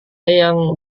yang